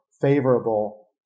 favorable